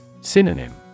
Synonym